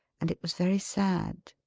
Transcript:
and it was very sad.